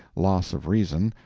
loss of reason,